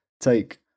take